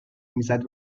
میزد